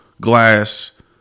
glass